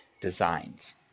designs